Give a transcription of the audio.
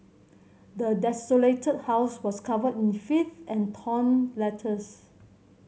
the desolated house was covered in filth and torn letters